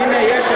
הנה, יש.